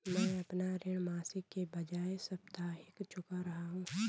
मैं अपना ऋण मासिक के बजाय साप्ताहिक चुका रहा हूँ